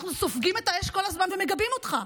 ואנחנו סופגים את האש כל הזמן ומגבים אותך.